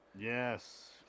Yes